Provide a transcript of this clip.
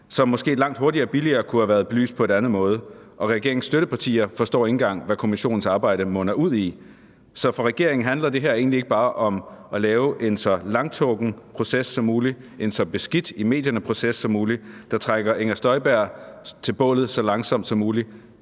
det måske langt hurtigere og billigere kunne have været belyst på en anden måde. Og regeringens støttepartier forstår ikke engang, hvad kommissionens arbejde munder ud i. Så for regeringen handler det her så egentlig ikke bare om at lave en så langtrukken proces som muligt, en så beskidt proces i medierne som muligt, der trækker Inger Støjberg til bålet så langsomt som muligt,